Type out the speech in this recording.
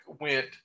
went